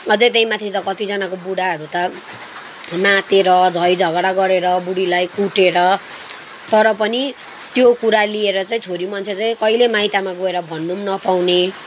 अझै त्यही माथि त कतिजनाको बुढाहरू त मातेर झै झगडा गरेर बुढीलाई कुटेर तर पनि त्यो कुरा लिएर चाहिँ छोरी मान्छे चाहिँ कहिले माइतमा गएर भन्नु पनि नपाउने